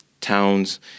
towns